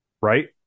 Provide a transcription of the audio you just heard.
Right